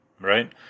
right